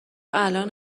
الان